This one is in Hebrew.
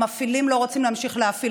המפעילים לא רוצים להמשיך להפעיל.